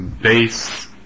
base